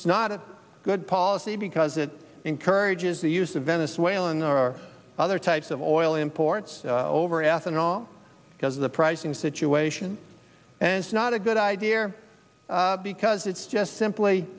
it's not a good policy because it encourages the use the venezuelan or other types of oil imports over ethanol because of the pricing situation and it's not a good idea because it's just simply